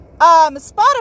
Spotify